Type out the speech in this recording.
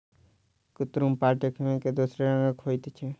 कुतरुम पाट देखय मे दोसरे रंगक होइत छै